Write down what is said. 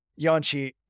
Yanchi